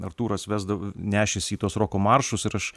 artūras vesdav nešėsi į tuos roko maršus ir aš